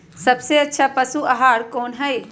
सबसे अच्छा पशु आहार कोन हई?